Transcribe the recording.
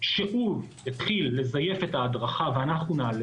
שהוא יתחיל לזייף את ההדרכה ואנחנו נעלה